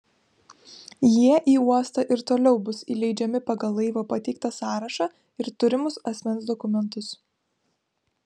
jie į uostą ir toliau bus įleidžiami pagal laivo pateiktą sąrašą ir turimus asmens dokumentus